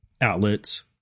outlets